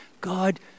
God